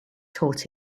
taught